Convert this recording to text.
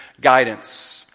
guidance